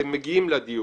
והם מגיעים לדיון.